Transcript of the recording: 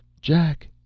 Jack